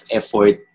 effort